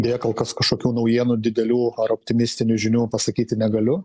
deja kol kas kažkokių naujienų didelių ar optimistinių žinių pasakyti negaliu